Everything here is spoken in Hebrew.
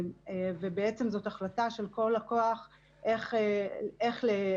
ובעצם זאת החלטה של כל לקוח איך ליישם